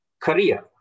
career